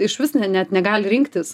išvis ne net negali rinktis